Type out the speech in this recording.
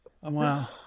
Wow